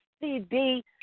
CD